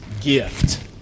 gift